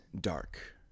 dark